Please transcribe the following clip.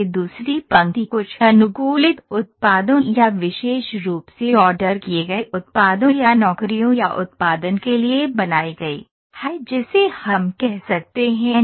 और यह दूसरी पंक्ति कुछ अनुकूलित उत्पादों या विशेष रूप से ऑर्डर किए गए उत्पादों या नौकरियों या उत्पादन के लिए बनाई गई है जिसे हम कह सकते हैं